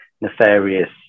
nefarious